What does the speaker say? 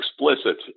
explicit